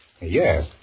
Yes